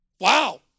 Wow